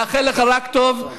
מאחל לך רק טוב,